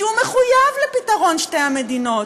שהוא מחויב לפתרון שתי המדינות,